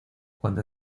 cuando